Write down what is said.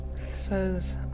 Says